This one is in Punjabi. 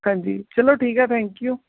ਹਾਂਜੀ ਚਲੋ ਠੀਕ ਆ ਥੈਂਕ ਯੂ